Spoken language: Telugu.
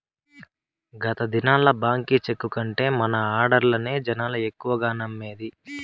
గత దినాల్ల బాంకీ చెక్కు కంటే మన ఆడ్డర్లనే జనాలు ఎక్కువగా నమ్మేది